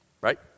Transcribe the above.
right